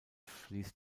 fließt